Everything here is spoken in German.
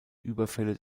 überfälle